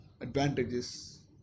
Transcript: advantages